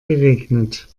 geregnet